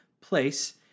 place